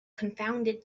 confounded